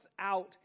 out